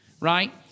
right